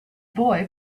boy